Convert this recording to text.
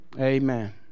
Amen